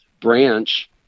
branch